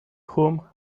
whom